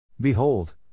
Behold